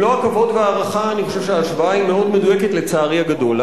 אני חושב שההשוואה היא מאוד מדויקת, לצערי הגדול.